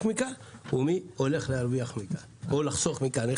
מכך ומי הולך להרוויח מכך או לחסוך מכך.